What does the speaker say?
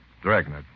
Dragnet